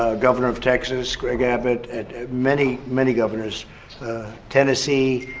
ah governor of texas greg abbott many many governors tennessee,